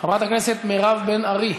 חברת הכנסת מירב בן ארי,